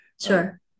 sure